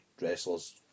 wrestlers